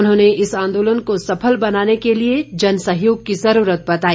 उन्होंने इस आंदोलन को सफल बनाने के लिए जनसहयोग की जरूरत बताई